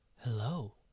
Hello